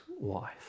wife